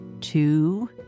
two